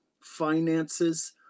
finances